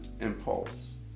impulse